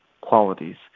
qualities